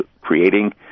creating